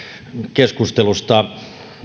keskustelusta